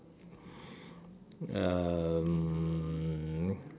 um